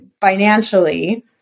financially